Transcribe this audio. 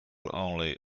only